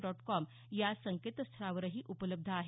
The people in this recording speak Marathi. डॉट कॉम या संकेतस्थळावरही उपलब्ध आहे